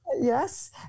Yes